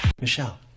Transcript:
Michelle